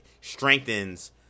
strengthens